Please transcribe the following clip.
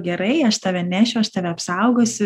gerai aš tave nešiu aš tave apsaugosiu